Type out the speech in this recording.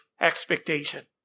expectation